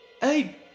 hey